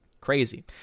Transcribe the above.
Crazy